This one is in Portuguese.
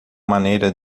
maneira